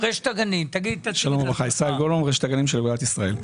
רשת הגנים של אגודת ישראל.